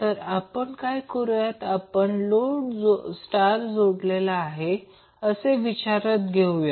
तर आपण काय करूया आपण लोड स्टार जोडलेला आहे असे विचारात घेऊया